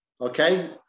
okay